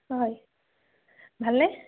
হয় ভালনে